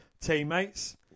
teammates